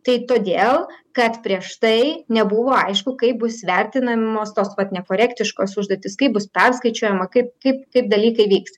tai todėl kad prieš tai nebuvo aišku kaip bus vertinamos tos vat nekorektiškos užduotys kaip bus perskaičiuojama kaip kaip kaip dalykai vyks